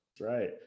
Right